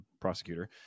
prosecutor